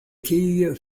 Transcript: quilles